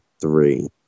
three